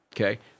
okay